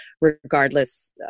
regardless